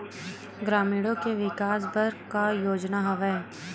ग्रामीणों के विकास बर का योजना हवय?